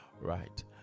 Right